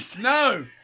No